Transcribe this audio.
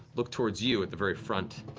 look towards you at the very front,